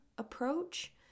approach